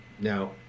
now